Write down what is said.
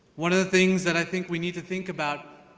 one of the things that i think we need to think about